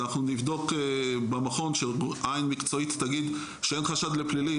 אנחנו נבדוק במכון ושעין מקצועית תגיד שאין חשד לפלילי.